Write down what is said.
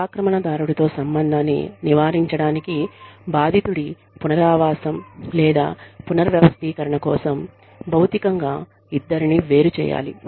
దురాక్రమణదారుడితో సంబంధాన్ని నివారించడానికి బాధితుడి పునరావాసం లేదా పునర్వ్యవస్థీకరణ కోసం భౌతికంగా ఇద్దరినీ వేరు చేయాలి